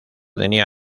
tenía